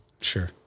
Sure